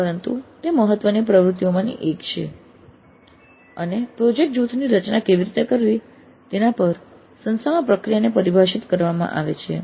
પરંતુ તે મહત્વની પ્રવૃત્તિઓમાંની એક છે અને પ્રોજેક્ટ જૂથની રચના કેવી રીતે કરવી તેના પર સંસ્થામાં પ્રક્રિયાને પરિભાષિત કરવામાં આવે છે